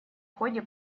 ходе